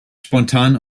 spontan